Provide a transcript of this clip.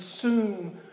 consume